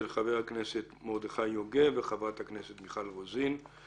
של חבר הכנסת מרדכי יוגב וחברת הכנסת מיכל רוזין,